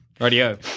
Radio